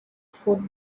food